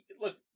Look